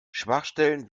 schwachstellen